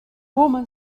woman